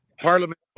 Parliament